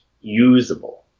usable